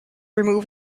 remove